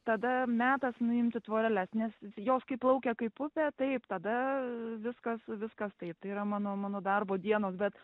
tada metas nuimti tvoreles nes jos kaip plaukia kaip upė taip tada viskas viskas taip tai yra mano mano darbo dienos bet